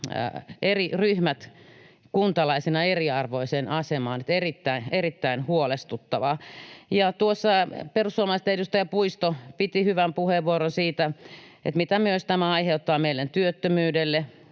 eri ryhmät kuntalaisina eriarvoiseen asemaan. Erittäin, erittäin huolestuttavaa. Tuossa perussuomalaisten edustaja Puisto piti hyvän puheenvuoron siitä, mitä tämä myös aiheuttaa meidän työttömyydelle